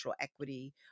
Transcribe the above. equity